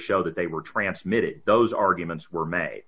show that they were transmitted those arguments were ma